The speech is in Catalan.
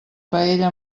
paella